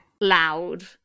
loud